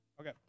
Okay